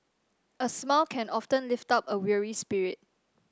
a smile can often lift up a weary spirit